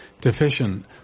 deficient